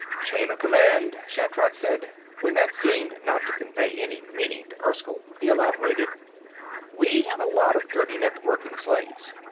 chain of command, shatrak said. when that seemed not to convey any meaning to erskyll, he elaborated we have a lot of dirty-necked working slaves.